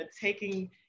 taking